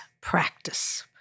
practice